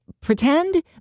pretend